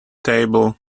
table